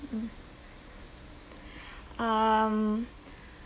mmhmm um